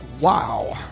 Wow